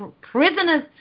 prisoners